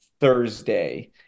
Thursday